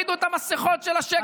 תורידו את המסכות של השקר.